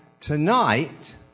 tonight